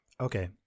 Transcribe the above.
Okay